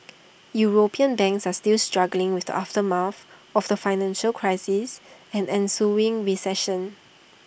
european banks are still struggling with the aftermath of the financial crisis and ensuing recession